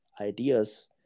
ideas